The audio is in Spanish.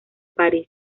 parís